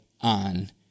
on